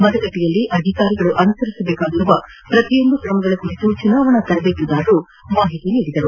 ಮತಗಟ್ಟೆಯಲ್ಲಿ ಅಧಿಕಾರಿಗಳು ಅನುಸರಿಸಬೇಕಾಗಿರುವ ಪ್ರತಿಯೊಂದು ಕ್ರಮಗಳ ಕುರಿತು ಚುನಾವಣಾ ತರಬೇತುದಾರರು ಮಾಹಿತಿ ನೀಡಿದರು